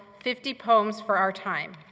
fifty poems for our time,